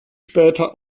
später